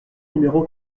numéro